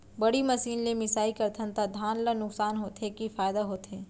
बड़ी मशीन ले मिसाई करथन त धान ल नुकसान होथे की फायदा होथे?